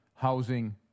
housing